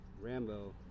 Rambo